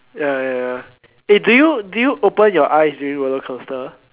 ya ya ya eh do you do you open your eyes during roller coaster